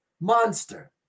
monster